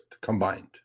combined